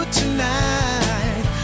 tonight